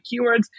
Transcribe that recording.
keywords